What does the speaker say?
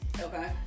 Okay